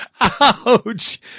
Ouch